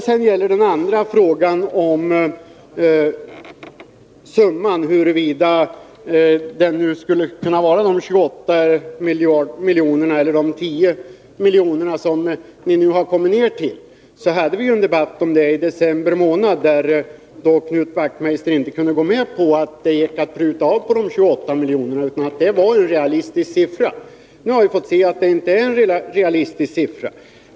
I den andra frågan, huruvida summan skall vara 28 miljoner eller de 100 miljoner vi nu har kommit ner till, hade vi en debatt i december månad, då Knut Wachtmeister inte kunde gå med på att det gick att pruta på de 28 miljonerna. Han menade att det var en realistisk siffra. Nu har vi fått se att det inte är en realistisk siffra.